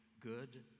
good